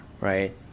right